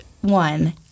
one